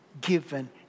given